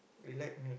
relax only